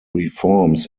reforms